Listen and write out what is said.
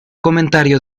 comentario